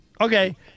Okay